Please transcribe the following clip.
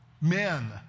men